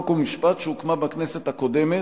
חוק ומשפט שהוקמה בכנסת הקודמת,